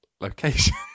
Location